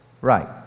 right